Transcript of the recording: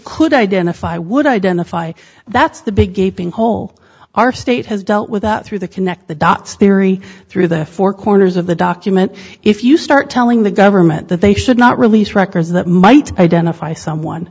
could identify would identify that's the big gaping hole our state has dealt with that through the connect the dots theory through their four corners of the document if you start telling the government that they should not release records that might identify someone